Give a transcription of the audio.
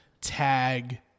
tag